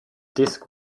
disc